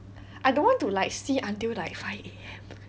I don't want to like see until like five A_M